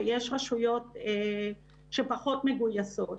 שיש רשויות שפחות מגויסות.